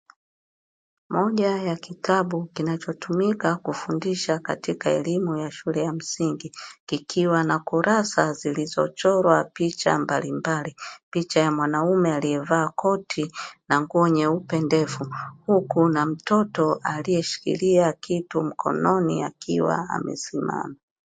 Moja ya kitabu kinachotumika kufundisha, katika elimu ya shule ya msingi, kikiwa na kurasa zilizo chorwa picha mbalimbali. Picha ya mwanaume aliye vaa koti na nguo nyeupe ndefu, huku na mtoto aliye shikilia kitu mkononi akiwa amesimama.